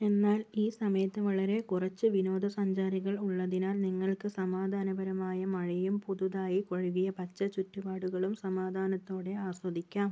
എന്നാൽ ഈ സമയത്ത് വളരെ കുറച്ച് വിനോദസഞ്ചാരികൾ ഉള്ളതിനാൽ നിങ്ങൾക്ക് സമാധാനപരമായ മഴയും പുതുതായി കഴുകിയ പച്ച ചുറ്റുപാടുകളും സമാധാനത്തോടെ ആസ്വദിക്കാം